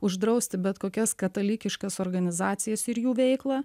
uždrausti bet kokias katalikiškas organizacijas ir jų veiklą